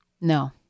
No